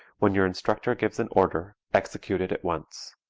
when your instructor gives an order execute it at once.